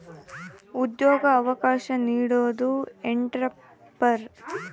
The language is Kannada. ಉದ್ಯೋಗ ಅವಕಾಶ ನೀಡೋದು ಎಂಟ್ರೆಪ್ರನರ್